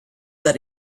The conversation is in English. that